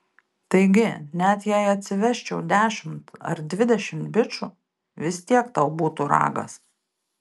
taigi net jei atsivesčiau dešimt ar dvidešimt bičų vis tiek tau būtų ragas